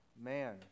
man